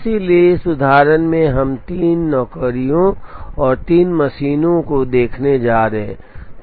इसलिए इस उदाहरण में हम तीन नौकरियों और तीन मशीनों को देखने जा रहे हैं